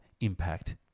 impact